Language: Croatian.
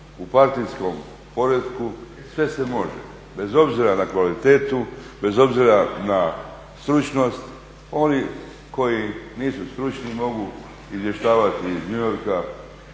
u partijskom poretku sve se može bez obzira na kvalitetu, bez obzira na stručnost. Oni koji nisu stručni mogu izvještavati iz New